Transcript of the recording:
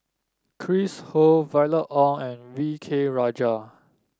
Chris Ho Violet Oon and V K Rajah